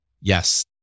Yes